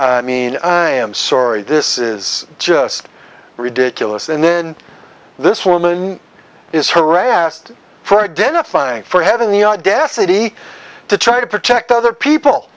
i mean i am sorie this is just ridiculous and then this woman is harassed for identifying for having the audacity to try to protect other people